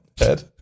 Ed